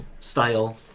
style